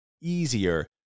easier